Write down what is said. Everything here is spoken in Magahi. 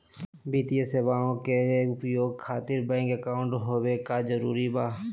वित्तीय सेवाएं के उपयोग खातिर बैंक अकाउंट होबे का जरूरी बा?